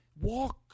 Walk